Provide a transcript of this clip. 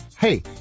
Hey